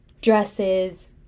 dresses